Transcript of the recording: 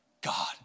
God